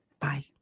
Bye